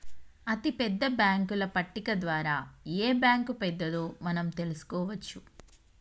అతిపెద్ద బ్యేంకుల పట్టిక ద్వారా ఏ బ్యాంక్ పెద్దదో మనం తెలుసుకోవచ్చు